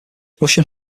russian